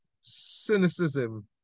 Cynicism